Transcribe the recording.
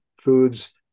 foods